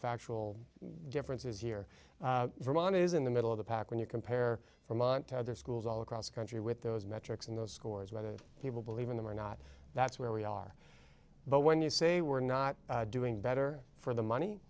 factual differences here vermont is in the middle of the pack when you compare from on to other schools all across the country with those metrics in those scores whether people believe in them or not that's where we are but when you say we're not doing better for the